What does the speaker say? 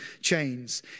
chains